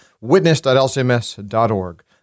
witness.lcms.org